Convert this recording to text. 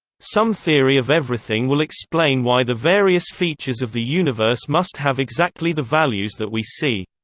some theory of everything will explain why the various features of the universe must have exactly the values that we see.